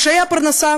קשיי הפרנסה